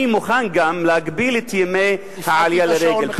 אני מוכן גם להגביל את ימי העלייה לרגל,